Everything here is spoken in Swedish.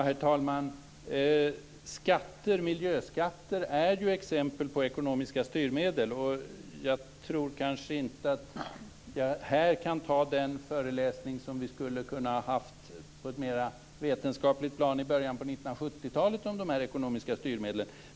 Herr talman! Miljöskatter är exempel på ekonomiska styrmedel. Jag tror kanske inte att jag här kan ta den föreläsning som vi skulle kunnat haft på ett mer vetenskapligt plan i början på 1970-talet om de ekonomiska styrmedlen.